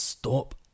Stop